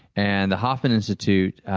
and the hoffman institute